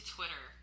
Twitter